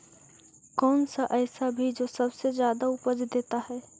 कौन सा ऐसा भी जो सबसे ज्यादा उपज देता है?